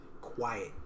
quiet